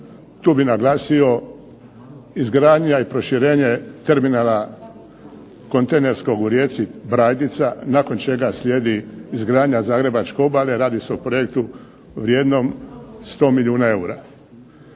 Tu bih naglasio izgradnja i proširenje terminala kontejnerskog u rijeci Brajdica nakon čega slijedi izgradnja Zagrebačke obale. Radi se o projektu vrijednom 100 milijuna eura.